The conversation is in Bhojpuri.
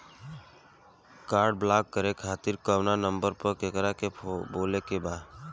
काड ब्लाक करे खातिर कवना नंबर पर केकरा के बोले के परी?